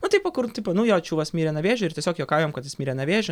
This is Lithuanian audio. nu tipo kur tipo nu jo čiuvas mirė nuo vėžio ir tiesiog juokaujam kad jis mirė nuo vėžio